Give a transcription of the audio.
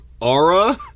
aura